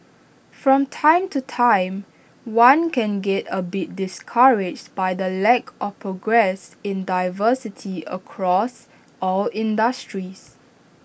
from time to time one can get A bit discouraged by the lack of progress in diversity across all industries